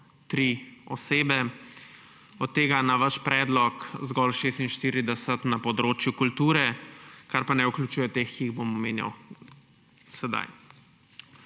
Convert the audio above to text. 803 osebe, od tega na vaš predlog zgolj 46 na področju kulture, kar pa ne vključuje teh, ki jih bom omenjal sedaj.